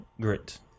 Grit